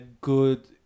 good